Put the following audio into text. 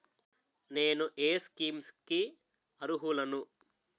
నేను ఏ స్కీమ్స్ కి అరుహులను?